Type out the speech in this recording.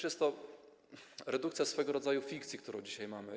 Jest to redukcja swego rodzaju fikcji, którą dzisiaj mamy.